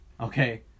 Okay